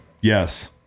yes